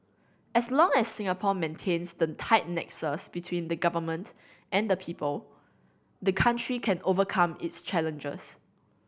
as long as Singapore maintains the tight nexus between the Government and people the country can overcome its challenges